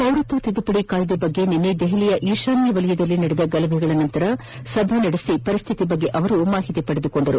ಪೌರತ್ವ ತಿದ್ದುಪಡಿ ಕಾಯ್ದೆ ಕುರಿತಂತೆ ನಿನ್ನೆ ದೆಹಲಿಯ ಈಶಾನ್ಯ ಭಾಗದಲ್ಲಿ ನಡೆದ ಗಲಭೆ ನಂತರ ಸಭೆ ನಡೆಸಿ ಪರಿಸ್ಥಿತಿ ಬಗ್ಗೆ ಮಾಹಿತಿ ಪಡೆದರು